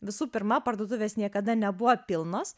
visų pirma parduotuvės niekada nebuvo pilnos